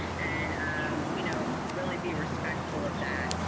and you know, really be respectful of that.